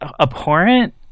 Abhorrent